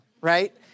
right